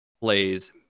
plays